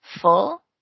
full